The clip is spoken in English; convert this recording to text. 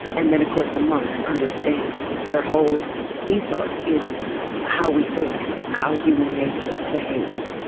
and then of course a monk understands, their whole ethos is how we think, how human nature behaves.